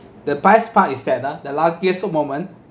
the best part is that ah the last kiasu moment